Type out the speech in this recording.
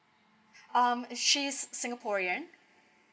um she's singaporean